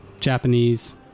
Japanese